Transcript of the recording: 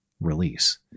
release